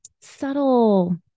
subtle